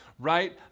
Right